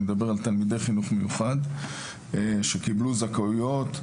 מדבר על תלמידי החינוך המיוחד שקיבלו זכאויות,